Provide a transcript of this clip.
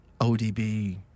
ODB